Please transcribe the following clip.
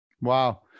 Wow